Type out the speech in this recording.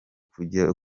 kujya